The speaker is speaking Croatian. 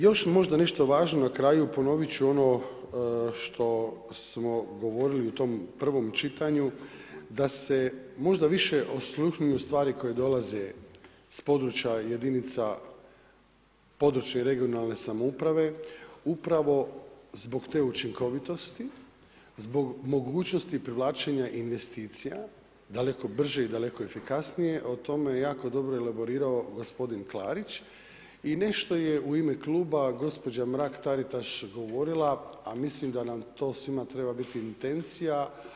Još možda nešto važno na kraju, ponoviti ću ono što smo govorili u prvom čitanju da se možda više osluhnu stvari koje dolaze s područja jedinica područne i regionalne samouprave, upravo zbog te učinkovitosti, zbog mogućnosti privlačenja investicija, daleko brže i dale efikasnije, o tome je jako dobro elaborirao gospodin Klarić i nešto je u ime kluba gospođa Mrak Taritaš govorila, a mislim da nam to svima treba biti intencija.